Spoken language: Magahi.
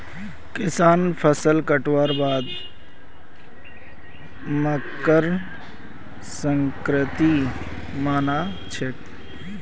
किसान फसल कटवार बाद मकर संक्रांति मना छेक